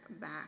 back